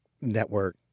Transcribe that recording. network